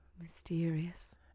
Mysterious